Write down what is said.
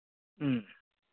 ꯎꯝ